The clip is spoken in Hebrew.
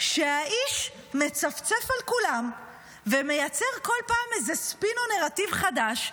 שהאיש מצפצף על כולם ומייצר כל פעם איזה ספין או נרטיב חדש,